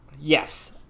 Yes